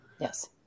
Yes